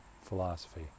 philosophy